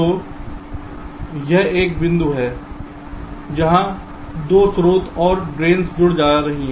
तो यह वह बिंदु है जहां 2 स्रोत और ड्रैन्स जुड़ रही हैं